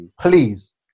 please